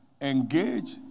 engage